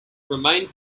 remains